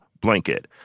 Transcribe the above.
blanket—